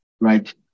right